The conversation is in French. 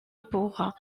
pour